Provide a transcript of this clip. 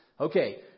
Okay